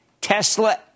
Tesla